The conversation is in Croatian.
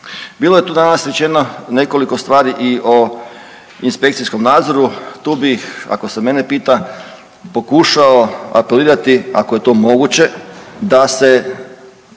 Bilo je tu danas rečeno nekoliko stvari i o inspekcijskom nadzoru. Tu bih ako se mene pita pokušao apelirati, ako je to moguće da se